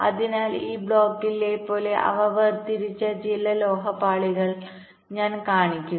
അതിനാൽ ഈ ബ്ലോക്ക് പോലെ അവ വേർതിരിച്ച ചില ലോഹ പാളികൾ ഞാൻ കാണിക്കുന്നു